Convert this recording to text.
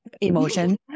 Emotion